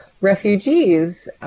refugees